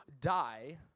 die